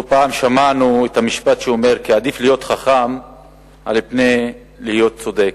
לא פעם שמענו את המשפט שאומר כי עדיף להיות חכם על פני להיות צודק.